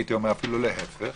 הייתי אומר אפילו להפך